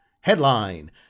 Headline